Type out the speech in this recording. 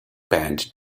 band